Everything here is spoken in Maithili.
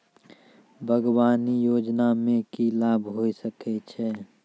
बागवानी योजना मे की लाभ होय सके छै?